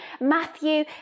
Matthew